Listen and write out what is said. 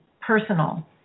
personal